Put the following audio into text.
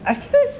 actually